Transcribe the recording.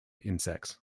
insects